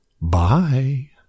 bye